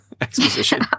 exposition